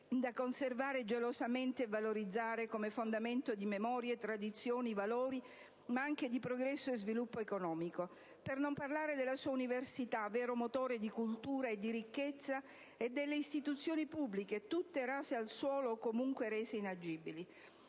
da conservare gelosamente e valorizzare come fondamento di memorie, tradizioni e valori, ma anche di progresso e sviluppo economico. Per non parlare della sua università, vero motore di cultura e di ricchezza, e delle istituzioni pubbliche, tutte rase al suolo o comunque rese inagibili.